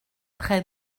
très